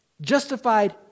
justified